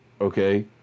okay